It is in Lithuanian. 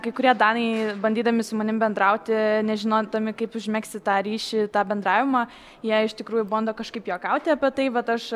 kai kurie danai bandydami su manim bendrauti nežinodami kaip užmegzti tą ryšį tą bendravimą jie iš tikrųjų bando kažkaip juokauti apie tai vat aš